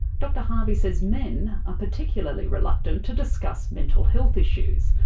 dr harvey says men are particularly reluctant to discuss mental health issues.